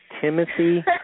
Timothy